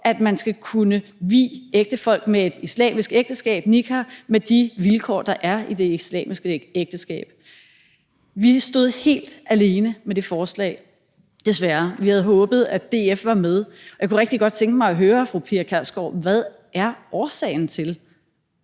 at man skal kunne vie folk i et ægteskab, nikah, med de vilkår, der er i det islamiske ægteskab. Vi stod helt alene med det forslag, desværre. Vi havde håbet, at DF var med. Jeg kunne rigtig godt tænke mig at høre fru Pia Kjærsgaard, hvad årsagen er